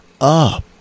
up